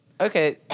okay